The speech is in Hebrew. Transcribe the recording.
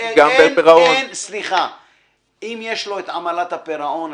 אם יש לו את עמלת הפירעון,